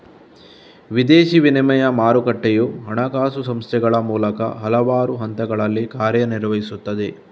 ವಿದೇಶಿ ವಿನಿಮಯ ಮಾರುಕಟ್ಟೆಯು ಹಣಕಾಸು ಸಂಸ್ಥೆಗಳ ಮೂಲಕ ಹಲವಾರು ಹಂತಗಳಲ್ಲಿ ಕಾರ್ಯ ನಿರ್ವಹಿಸುತ್ತದೆ